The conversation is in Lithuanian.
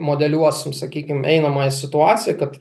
modeliuosim sakykim einamąją situaciją kad